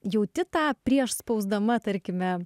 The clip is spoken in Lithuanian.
jauti tą prieš spausdama tarkime